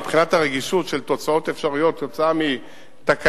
מבחינת הרגישות של תוצאות אפשריות כתוצאה מתקלה,